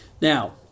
Now